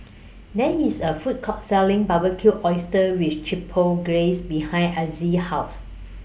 There IS A Food Court Selling Barbecued Oysters with Chipotle Glaze behind Azzie's House